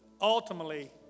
ultimately